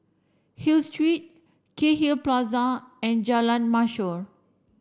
Hill Street Cairnhill Plaza and Jalan Mashhor